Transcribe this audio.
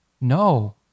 No